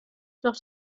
doch